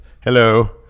Hello